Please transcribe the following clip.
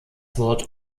wort